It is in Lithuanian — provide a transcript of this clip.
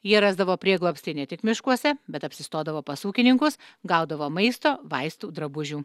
jie rasdavo prieglobstį ne tik miškuose bet apsistodavo pas ūkininkus gaudavo maisto vaistų drabužių